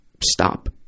stop